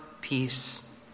peace